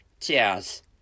cheers